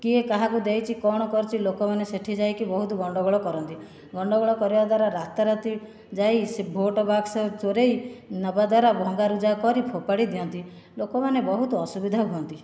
କିଏ କାହାକୁ ଦେଇଛି କ'ଣ କରିଛି ଲୋକମାନେ ସେଇଠି ଯାଇକି ବହୁତ ଗଣ୍ଡଗୋଳ କରନ୍ତି ଗଣ୍ଡଗୋଳ କରିବା ଦ୍ୱାରା ରାତାରାତି ଯାଇ ସେ ଭୋଟ ବକ୍ସ ଚୋରେଇ ନେବା ଦ୍ୱାରା ଭଙ୍ଗାରୁଜା କରି ଫୋପାଡ଼ି ଦିଅନ୍ତି ଲୋକମାନେ ବହୁତ ଅସୁବିଧା ହୁଅନ୍ତି